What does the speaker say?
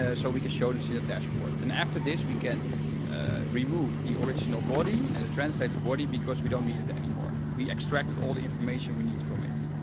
ah so we can show this in the dashboard. and after this, we can remove the original body and the translated body, because we don't need it anymore. we extracted all the information we need from it.